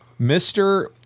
Mr